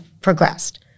progressed